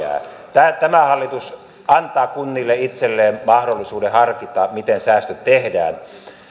tämä hallitus antaa kunnille itselleen mahdollisuuden harkita miten säästöt tehdään